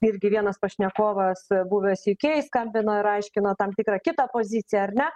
irgi vienas pašnekovas buvęs jūkei skambino ir aiškino tam tikrą kitą poziciją ar ne